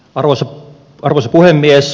arvoisa puhemies